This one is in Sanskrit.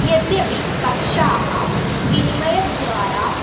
यद्यपि पक्षाः विनिमयध्वारा